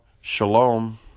Shalom